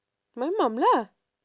my mum lah